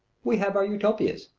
we have our utopias.